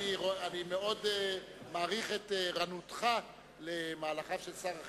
אני מאוד מעריך את ערנותך למהלכיו של שר החינוך.